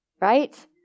right